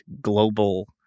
global